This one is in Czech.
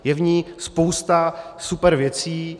Je v ní spousta super věcí.